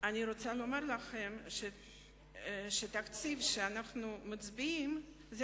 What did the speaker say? אני רוצה לומר לכם שהתקציב שאנחנו מצביעים עליו